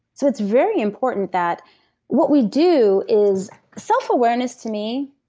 so it's very important that what we do is. selfawareness, to me,